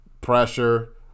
pressure